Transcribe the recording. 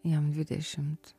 jam dvidešimt